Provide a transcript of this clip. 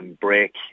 break